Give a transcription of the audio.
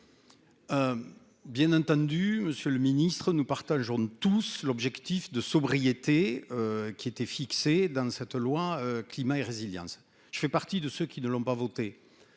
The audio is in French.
Bien entendu, Monsieur le Ministre, nous partageons tous, l'objectif de sobriété. Qui était fixé dans cette loi climat et résilience, je fais partie de ceux qui ne l'ont pas voté.